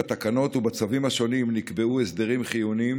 בתקנות ובצווים השונים נקבעו הסדרים חיוניים